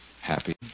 Happy